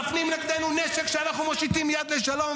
מפנים נגדנו נשק כשאנחנו מושיטים יד לשלום,